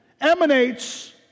emanates